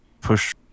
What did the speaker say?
push